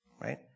Right